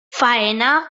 faena